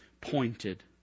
pointed